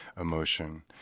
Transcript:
emotion